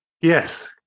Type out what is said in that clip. yes